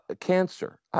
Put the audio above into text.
Cancer